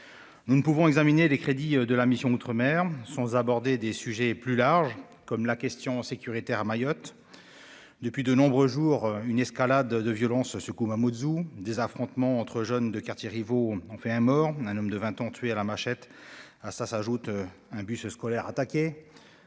Nous ne pouvons examiner les crédits de la mission « Outre-mer » sans aborder des sujets plus larges, comme la question sécuritaire à Mayotte. Depuis plusieurs jours, une escalade de violence secoue Mamoudzou, où des affrontements entre jeunes de quartiers rivaux ont fait un mort, un homme de 20 ans tué à la machette. À cela s'ajoute l'attaque